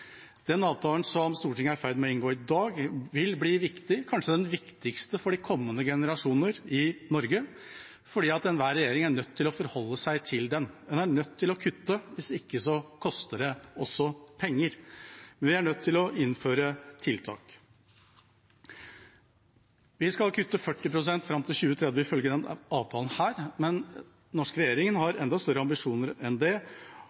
Den avtalen som Stortinget er i ferd med å inngå i dag, vil bli viktig, kanskje den viktigste for kommende generasjoner i Norge, fordi enhver regjering er nødt til å forholde seg til den. En er nødt til å kutte, hvis ikke koster det penger. Vi er nødt til å innføre tiltak. Vi skal kutte 40 pst. fram til 2030 ifølge denne avtalen, men den norske regjeringa har enda større ambisjoner enn det